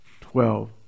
Twelve